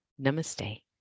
Namaste